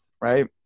right